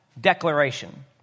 declaration